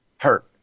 Hurt